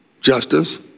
justice